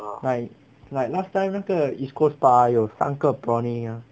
like like last time 那个 east coast park ah 有 like 三个 prawning ah